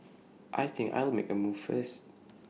I think I'll make A move first